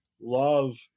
love